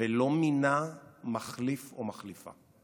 ולא מינה מחליף או מחליפה.